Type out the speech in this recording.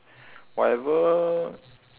whatever